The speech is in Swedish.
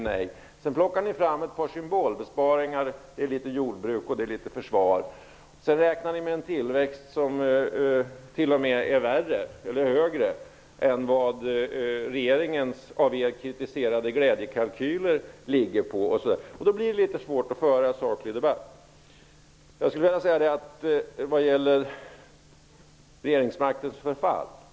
Ni plockar sedan fram några symbolbesparingar, litet inom jordbruk och inom försvar, och räknar med en tillväxt som t.o.m. är större än den som regeringens av er kritiserade glädjekalkyler räknar med. Därför blir det svårt att föra en saklig debatt. Arne Kjörnsberg talade om regeringsmaktens förfall.